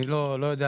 אני לא יודע,